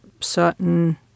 certain